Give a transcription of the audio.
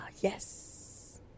yes